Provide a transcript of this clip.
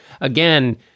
Again